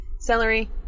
Celery